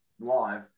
live